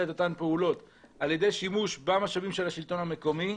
את אותן פעולות על-ידי שימוש במשאבים של השלטון המקומי,